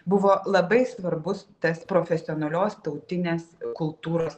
buvo labai svarbus tas profesionalios tautinės kultūros